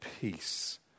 peace